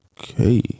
Okay